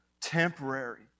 temporary